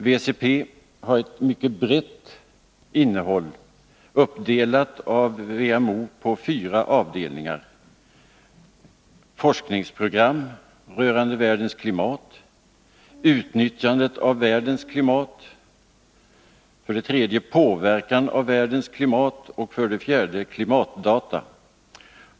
WCP har ett mycket brett innehåll, uppdelat av WMO på fyra avdelningar: 1. forskningsprogram rörande världens klimat, 2. utnyttjandet av världens klimat, 3. påverkan på världens klimat, och 4. klimatdata.